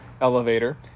elevator